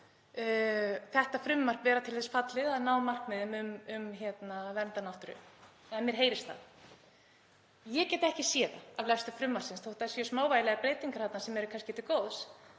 þetta frumvarp vera til þess fallið að ná markmiðum um að vernda náttúru, eða mér heyrist það. En ég get ekki séð það af lestri frumvarpsins. Þótt það séu smávægilegar breytingar þarna sem eru kannski til góðs